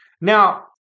Now